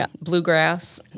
bluegrass